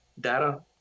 data